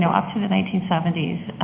so up to the nineteen seventy s